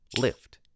lift